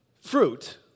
fruit